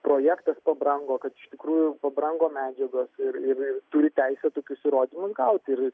projektas pabrango kad iš tikrųjų pabrango medžiagos ir ir turi teisę tokius įrodymus gauti ir